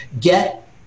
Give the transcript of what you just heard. Get